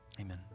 Amen